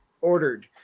ordered